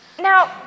Now